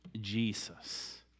Jesus